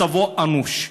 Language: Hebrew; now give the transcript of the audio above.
ומצבו אנוש,